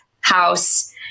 house